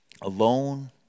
alone